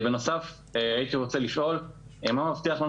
בנוסף הייתי רוצה לשאול מה מבטיח לנו